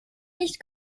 nicht